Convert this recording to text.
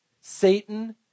Satan